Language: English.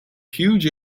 huge